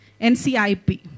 NCIP